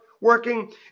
working